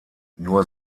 nur